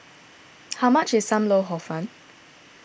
how much is Sam Lau Hor Fun